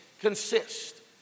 consist